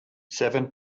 seven